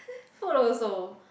food also